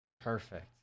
Perfect